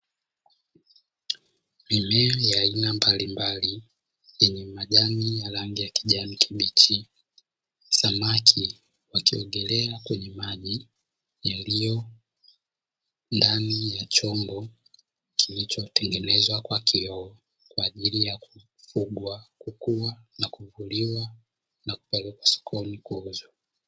Mimea ya aina mbalimbali yenye majani ya rangi ya kijani kibichi. Samaki wakiongelea kwenye maji yaliyo ndani ya chombo kilichotengenezwa kwa kioo kwa ajili ya: kufugwa, kukua na kuvuliwa, na kupelekwa sokoni kuuzwa.